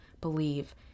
believe